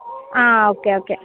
ఆ okay okay